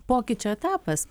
pokyčių etapas